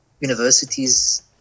universities